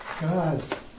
God's